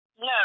No